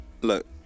look